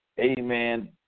Amen